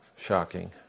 Shocking